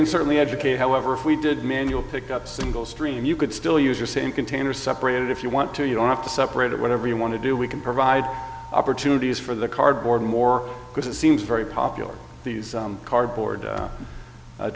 can certainly educate however if we did manual pick up single stream you could still use your same container separate if you want to you don't have to separate whatever you want to do we can provide opportunities for the cardboard more because it seems very popular these cardboard